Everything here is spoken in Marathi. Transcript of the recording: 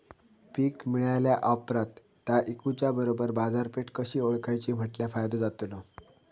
पीक मिळाल्या ऑप्रात ता इकुच्या बरोबर बाजारपेठ कशी ओळखाची म्हटल्या फायदो जातलो?